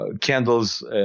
candles